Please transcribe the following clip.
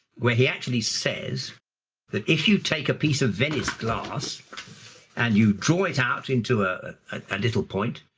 where he actually says that if you take a piece of venice glass and you draw it out into ah a little point,